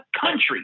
country